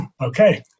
okay